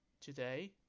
today